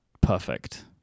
perfect